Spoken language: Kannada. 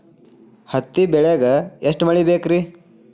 ಹತ್ತಿ ಬೆಳಿಗ ಎಷ್ಟ ಮಳಿ ಬೇಕ್ ರಿ?